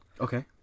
Okay